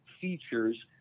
features